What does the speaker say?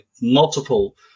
multiple